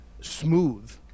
smooth